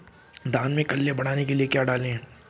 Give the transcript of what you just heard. धान में कल्ले बढ़ाने के लिए क्या डालें?